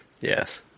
Yes